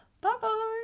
Bye-bye